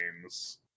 games